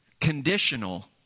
conditional